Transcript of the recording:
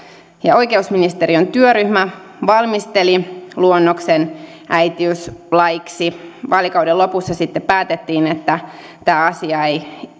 oikeusministeriön työryhmä valmisteli luonnoksen äitiyslaiksi vaalikauden lopussa sitten päätettiin että tämä asia ei